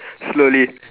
slowly